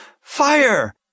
Fire